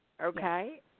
okay